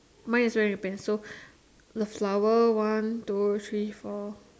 mine is wearing a pants so the flower one two three four